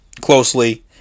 closely